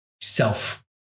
self